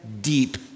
deep